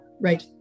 Right